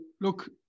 look